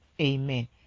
amen